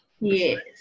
Yes